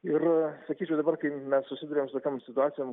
ir sakyčiau dabar kai mes susiduriam su tokiom situacijom